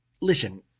listen